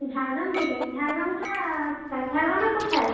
ঝাড়গ্রাম থেকে ঝাড়গ্রামটা আচ্ছা ঝাড়গ্রামের কোথায়